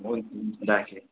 हुन्छ हुन् राखेँ है